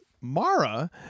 Mara